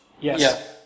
Yes